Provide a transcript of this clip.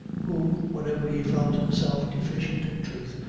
who, whenever he felt himself deficient in truth,